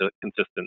consistent